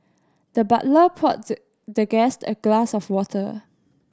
the butler poured the the guest a glass of water